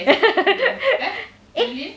eh